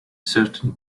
certain